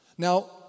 Now